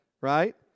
right